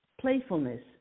playfulness